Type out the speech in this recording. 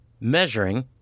measuring